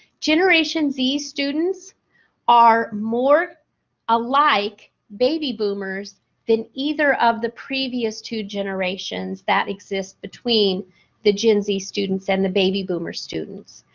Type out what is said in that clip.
generation z students are more alike baby boomers than either of the previous two generations that exists between the gen z students and the baby boomer students.